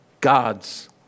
God's